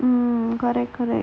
mmhmm correct correct